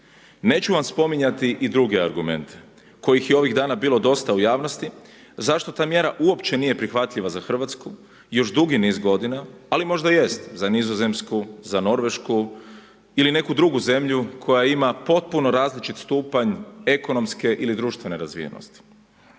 Neću vam spominjati i druge argumente kojih je ovih dana bilo dosta u javnosti. Zašto ta mjera uopće nije prihvatljiva za Hrvatsku još dugi niz godina, ali možda jest za Nizozemsku, Norvešku ili neku drugu zemlju koja ima potpuno različit stupanj ekonomske ili društvene razvijenosti.